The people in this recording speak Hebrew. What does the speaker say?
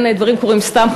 אין דברים קורים סתם,